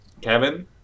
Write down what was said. Kevin